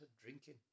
drinking